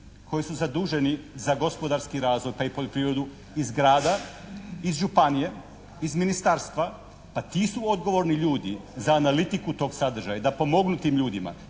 koji su zaduženi za gospodarski razvoj pa i poljoprivredu iz grada, iz županije, iz ministarstva a ti su odgovorni ljudi za analitiku tog sadržaja da pomognu tim ljudima,